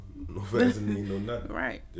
Right